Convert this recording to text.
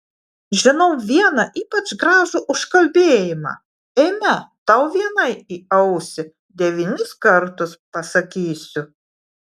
žinau vieną ypač gražų užkalbėjimą eime tau vienai į ausį devynis kartus pasakysiu